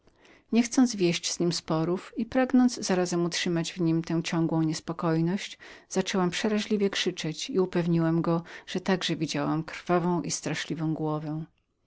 brody niechcąc wieść z nim sporów i pragnąc zarazem utrzymywać w nim tę ciągłą niespokojność zaczęłam przeraźliwie krzyczeć i upewniłam go żem także widziała krwawą i straszliwą głowę